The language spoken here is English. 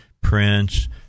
Prince